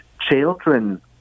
children